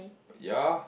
ya